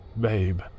babe